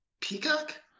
Peacock